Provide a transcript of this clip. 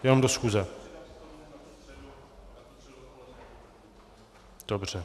Jenom do schůze, dobře.